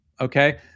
okay